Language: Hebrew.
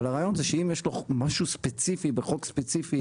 אבל הרעיון זה שאם יש לו משהו ספציפי בחוק ספציפי,